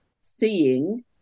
seeing